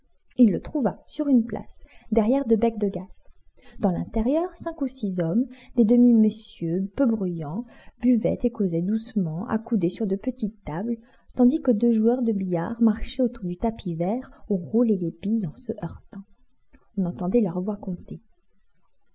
il le trouva sur une place derrière deux becs de gaz dans l'intérieur cinq ou six hommes des demi messieurs peu bruyants buvaient et causaient doucement accoudés sur de petites tables tandis que deux joueurs de billard marchaient autour du tapis vert où roulaient les billes en se heurtant on entendait leur voix